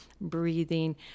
breathing